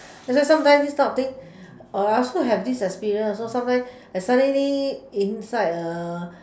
then sometimes this type of thing oh I also have this experience also sometimes I suddenly inside uh